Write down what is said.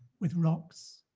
with rocks,